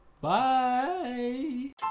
Bye